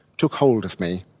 took hold of me.